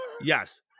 yes